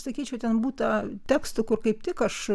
sakyčiau ten būta tekstų kur kaip tik aš